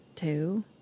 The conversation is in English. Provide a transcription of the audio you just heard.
Two